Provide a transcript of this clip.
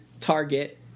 target